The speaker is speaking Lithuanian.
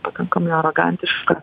pakankamai arogantiška